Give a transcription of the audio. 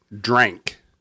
Drank